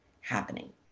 happening